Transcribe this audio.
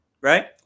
Right